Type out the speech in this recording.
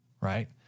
right